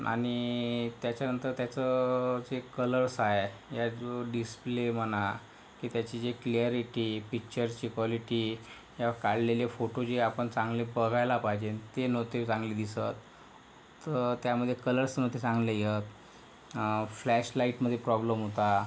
आु त्याच्यानंतर त्याचं जे कलर्स आहे या जो डिस्प्ले म्हणा की त्याची जी क्लिअॅरिटी पिक्चरची क्वालिटी या काढलेले फोटो जे आपण चांगले बघायला पाहिजे ते नव्हते चांगले दिसत तर त्यामध्ये कलर्स नव्हते चांगले येत फ्लॅश लाईटमध्ये प्रॉब्लेम होता